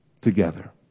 together